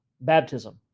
baptism